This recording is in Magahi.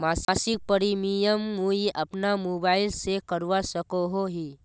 मासिक प्रीमियम मुई अपना मोबाईल से करवा सकोहो ही?